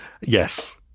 Yes